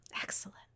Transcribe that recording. Excellent